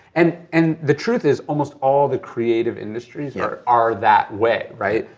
and and the truth is, almost all the creative industries are are that way, right?